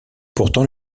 pourtant